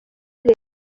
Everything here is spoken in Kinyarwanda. leta